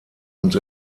und